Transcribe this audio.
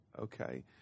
okay